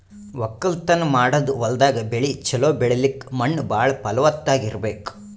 ವಕ್ಕಲತನ್ ಮಾಡದ್ ಹೊಲ್ದಾಗ ಬೆಳಿ ಛಲೋ ಬೆಳಿಲಕ್ಕ್ ಮಣ್ಣ್ ಭಾಳ್ ಫಲವತ್ತಾಗ್ ಇರ್ಬೆಕ್